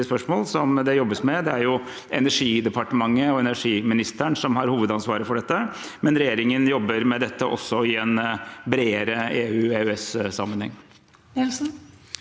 Det er Energidepartementet og energiministeren som har hovedansvaret for dette, men regjeringen jobber med dette også i en bredere EU/EØSsammenheng.